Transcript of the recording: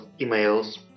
emails